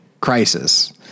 crisis